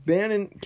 Bannon